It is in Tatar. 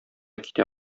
китә